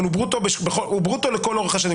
אבל הוא ברוטו לכל אורך השנים.